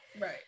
Right